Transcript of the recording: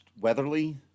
Weatherly